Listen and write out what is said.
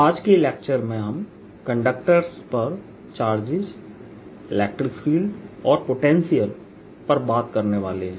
आज के लेक्चर में हम कंडक्टर्स पर चार्जेज इलेक्ट्रिक फील्ड और पोटेंशियल बात करने वाले हैं